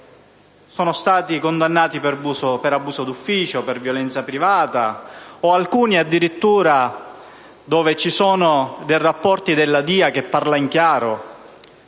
sono stati condannati per abuso d'ufficio, per violenza privata; un deputato addirittura, secondo dei rapporti della DIA che parlano chiaro,